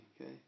Okay